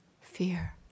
fear